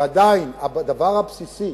עדיין, הדבר הבסיסי,